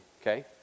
okay